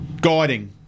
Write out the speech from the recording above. Guiding